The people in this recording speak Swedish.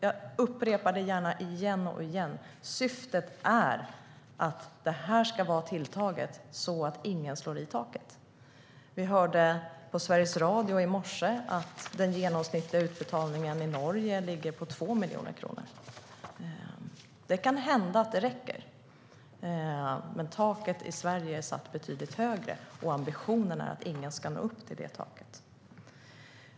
Jag upprepar gärna igen och igen: Syftet är att ersättningen ska vara så tilltagen att ingen slår i taket. Vi kunde höra i Sveriges Radio i morse att den genomsnittliga utbetalningen i Norge ligger på 2 miljoner kronor. Det kan hända att det räcker, men taket i Sverige är satt betydligt högre. Ambitionen är att ingen ska nå upp till det taket.